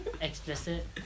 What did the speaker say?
Explicit